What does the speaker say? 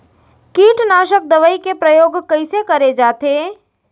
कीटनाशक दवई के प्रयोग कइसे करे जाथे?